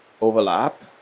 overlap